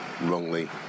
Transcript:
wrongly